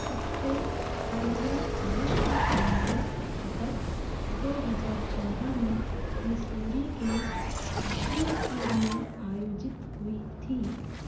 सबसे हालिया विश्व काँग्रेस अगस्त दो हज़ार चौदह में मिसौरी के इस्प्रिन्ग फील्ड में आयोजित हुई थी